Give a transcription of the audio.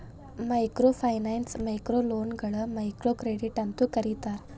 microfinance ಮೈಕ್ರೋಲೋನ್ಗಳ microcredit ಅಂತೂ ಕರೇತಾರ